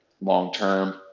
long-term